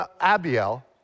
Abiel